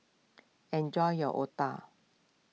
enjoy your Otah